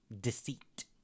deceit